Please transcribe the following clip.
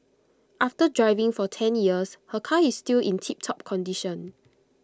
after driving for ten years her car is still in tiptop condition